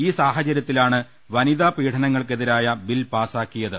ഈ സാഹചര്യത്തിലാണ് വനിതാ പീഡനങ്ങൾക്ക് എതിരായ് ബിൽ പാസാക്കിയത്